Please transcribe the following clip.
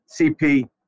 cp